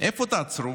איפה תעצרו.